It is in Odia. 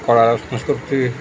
କଳା ସଂକୃକ୍ତି